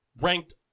ranked